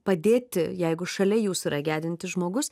padėti jeigu šalia jūsų yra gedintis žmogus